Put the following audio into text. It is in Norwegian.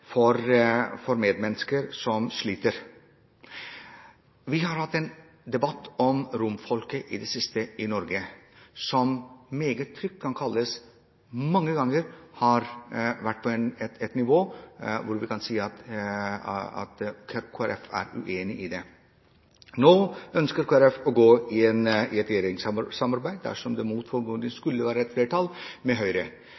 og for medmennesker som sliter. Vi har hatt en debatt om romfolket i det siste i Norge som man meget trygt kan si mange ganger har vært på et nivå hvor Kristelig Folkeparti er uenig. Nå ønsker Kristelig Folkeparti å gå i et regjeringssamarbeid – dersom det, mot